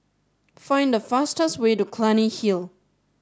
find the fastest way to Clunny Hill